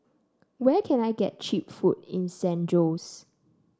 where can I get cheap food in San Jose